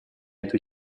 эту